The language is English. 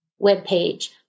webpage